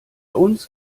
uns